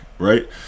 Right